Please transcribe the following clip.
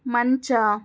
ಮಂಚ